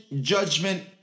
judgment